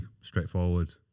straightforward